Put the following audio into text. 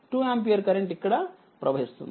2ఆంపియర్ఇక్కడప్రవహిస్తుంది